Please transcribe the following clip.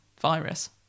virus